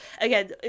again